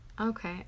Okay